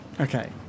Okay